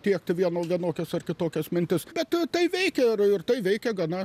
tiektų vien vienokios ar kitokios mintis bet tai veikė ir tai veikė gana